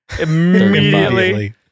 immediately